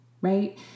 right